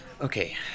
Okay